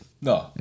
No